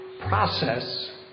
process